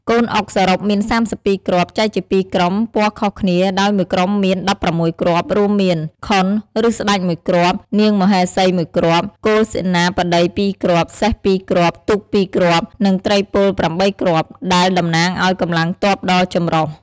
កូនអុកសរុបមាន ៣២ គ្រាប់ ចែកជាពីរក្រុម ពណ៌ខុសគ្នា ដោយមួយក្រុមមាន ១៦ គ្រាប់ រួមមាន ខុនឬស្តេច១គ្រាប់ នាងមហេសី១គ្រាប់ គោលសេនាបតី២គ្រាប់ សេះ២គ្រាប់ ទូក២គ្រាប់ និងត្រីពល៨គ្រាប់ ដែលតំណាងឱ្យកម្លាំងទ័ពដ៏ចម្រុះ។